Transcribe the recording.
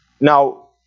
Now